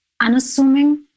unassuming